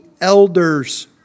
elders